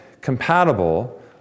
compatible